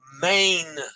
main